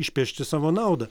išpešti savo naudą